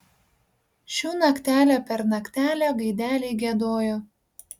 šių naktelę per naktelę gaideliai giedojo